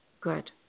Good